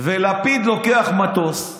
ולפיד לוקח מטוס,